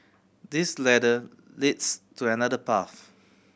this ladder leads to another path